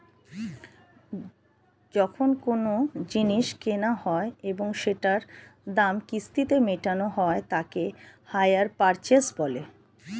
যখন কোনো জিনিস কেনা হয় এবং সেটার দাম কিস্তিতে মেটানো হয় তাকে হাইয়ার পারচেস বলে